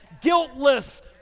Guiltless